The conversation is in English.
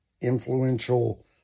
influential